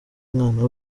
umwana